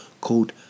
called